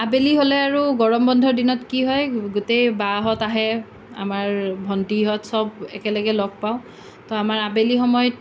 আবেলি হ'লে আৰু গৰম বন্ধৰ দিনত কি হয় গোটেই বাহঁত আহে আমাৰ ভণ্টিহঁত সব একেলগে লগ পাওঁ তো আমাৰ আবেলি সময়ত